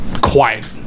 quiet